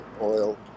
oil